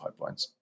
pipelines